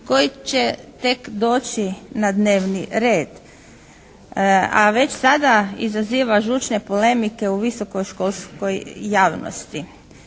koji će tek doći na dnevni red. A već sada izaziva žućne polemike u visokoškolskoj javnosti.